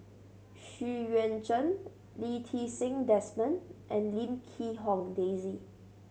Xu Yuan Zhen Lee Ti Seng Desmond and Lim Quee Hong Daisy